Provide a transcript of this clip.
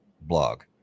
blog